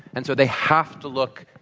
and so they have to look,